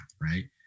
right